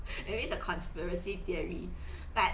maybe it's a conspiracy theory but